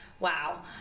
wow